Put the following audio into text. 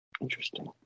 interesting